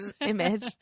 image